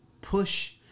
push